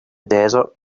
desert